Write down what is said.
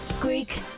Greek